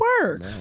work